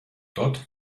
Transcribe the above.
dort